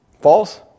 False